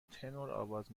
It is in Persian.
تنورآواز